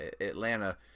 Atlanta